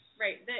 Right